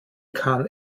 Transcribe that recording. kahn